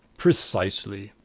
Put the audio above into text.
precisely.